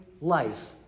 life